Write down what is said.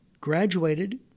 graduated